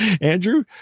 Andrew